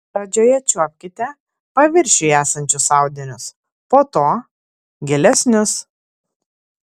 pradžioje čiuopkite paviršiuje esančius audinius po to gilesnius